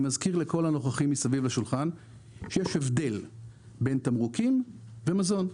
אני מזכיר לכל הנוכחים סביב השולחן שיש הבדל בין תמרוקים למזון.